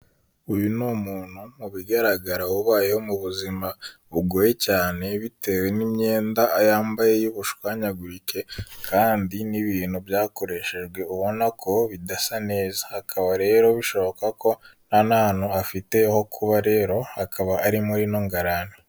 Uyu n’umuntu mu bigaragara ubayeho mu buzima bugoye cyane bitewe n'imyenda yambaye y'ubushwanyagurike kandi n'ibintu byakoreshejwe ubona ko bidasa neza hakaba rero bishoboka ko nta n’ahantu afite ho kuba rero akaba ari muri ntugarane.